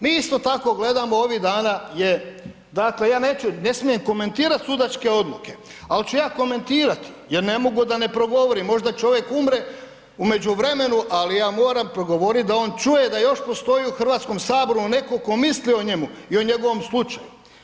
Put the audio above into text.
Mi isto tako gledamo ovih dana je dakle, ja ne smijem komentirat sudačke odluke ali ću ja komentirati jer ne mogu da ne progovorim, možda čovjek umre u međuvremenu ali ja moram progovorit da on čuje da još postoji u Hrvatskom saboru neko ko misli o njemu i o njegovom slučaju.